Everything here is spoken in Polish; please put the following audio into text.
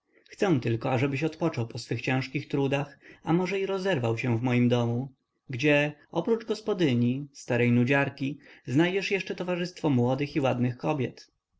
chcę tylko ażebyś odpoczął po swych ciężkich trudach a może i rozerwał się w moim domu gdzie oprócz gospodyni starej nudziarki znajdziesz jeszcze towarzystwo młodych i ładnych kobiet